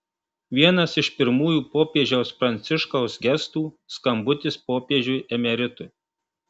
vienas iš pirmųjų popiežiaus pranciškaus gestų skambutis popiežiui emeritui